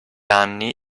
anni